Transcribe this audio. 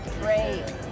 Great